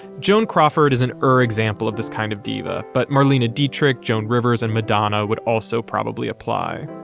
joan crawford is an early example of this kind of diva. but marlene dietrich, joan rivers and madonna would also probably apply.